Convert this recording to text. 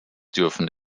dürfen